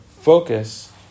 focus